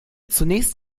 zunächst